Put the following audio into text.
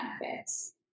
benefits